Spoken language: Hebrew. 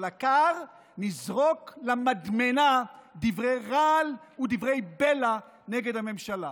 אבל העיקר לזרוק למדמנה דברי רעל ודברי בלע נגד הממשלה.